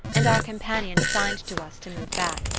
and our companion signed to us to move back.